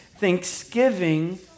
thanksgiving